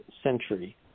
century